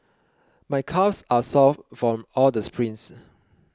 my calves are sore from all the sprints